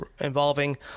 involving